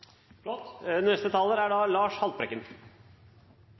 Neste taler er representanten Lars Haltbrekken,